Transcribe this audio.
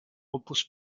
repose